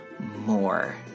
more